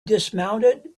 dismounted